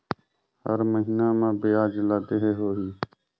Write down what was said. हर महीना मा ब्याज ला देहे होही?